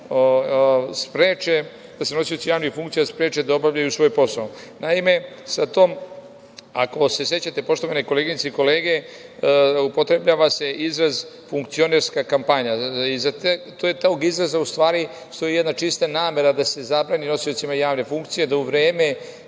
o tome da se nosioci javnih funkcija spreče da obavljaju svoj posao. Naime, sa tom, ako se sećate, poštovane koleginice i kolege, upotrebljava se izraz „funkcionerska kampanja“. Iza tog izraza, u stvari, stoji jedna čista namera da se zabrani nosiocima javne funkcije da u vreme